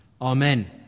Amen